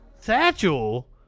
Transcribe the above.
Satchel